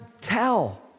tell